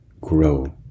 grow